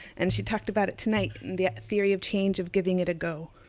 and she talked about it tonight in the theory of change of giving it a go,